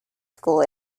school